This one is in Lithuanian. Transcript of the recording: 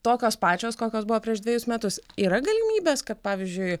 tokios pačios kokios buvo prieš dvejus metus yra galimybės kad pavyzdžiui